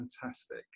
fantastic